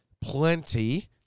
plenty